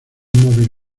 móvil